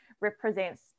represents